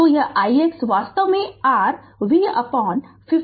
तो ix वास्तव में r V 50